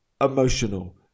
emotional